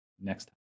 next